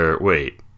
Wait